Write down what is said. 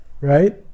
right